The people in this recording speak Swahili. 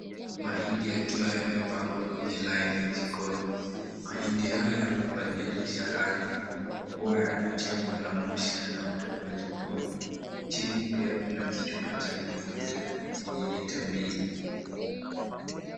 Mahindi yakiwa yamepangwa kwenye laini jikoni. Mahindi haya yamebadilisha rangi kwa kuwa yanachapwa na moshi yanayotoka jikoni. Chini pia kuna kichupa cha mafuta chenye lita mbili.